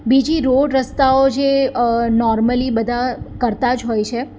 બીજી રોડ રસ્તાઓ જે નોર્મલી બધા કરતા જ હોય છે